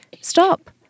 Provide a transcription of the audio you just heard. stop